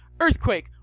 Earthquake